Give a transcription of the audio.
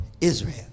Israel